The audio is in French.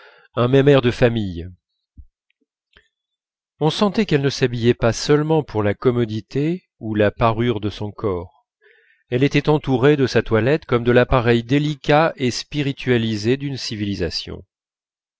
un même air de famille on sentait qu'elle ne s'habillait pas seulement pour la commodité ou la parure de son corps elle était entourée de sa toilette comme de l'appareil délicat et spiritualisé d'une civilisation